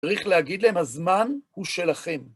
צריך להגיד להם, הזמן הוא שלכם.